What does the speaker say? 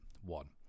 one